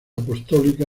apostólica